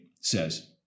says